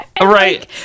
Right